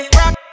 rock